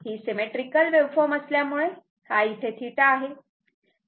तेव्हा हे सिमेट्रीकल असल्यामुळे हा θ आहे